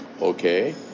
Okay